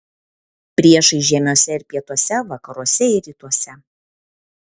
priešai žiemiuose ir pietuose vakaruose ir rytuose